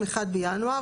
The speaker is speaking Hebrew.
1 בינואר,